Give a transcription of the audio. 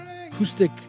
Acoustic